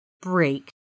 break